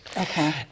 Okay